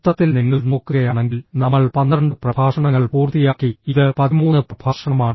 മൊത്തത്തിൽ നിങ്ങൾ നോക്കുകയാണെങ്കിൽ നമ്മൾ പന്ത്രണ്ട് പ്രഭാഷണങ്ങൾ പൂർത്തിയാക്കി ഇത് പതിമൂന്ന് പ്രഭാഷണമാണ്